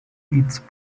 eats